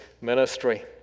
ministry